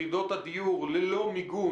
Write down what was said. היחידות הדיור ללא מיגון,